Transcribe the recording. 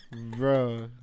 Bro